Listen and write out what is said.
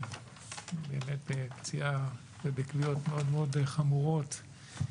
באמת בפציעה ובכוויות מאוד מאוד חמורות,